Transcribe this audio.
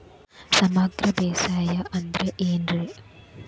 ಸಮಗ್ರ ಬೇಸಾಯ ಅಂದ್ರ ಏನ್ ರೇ?